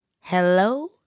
Hello